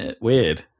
weird